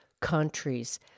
countries